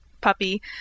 puppy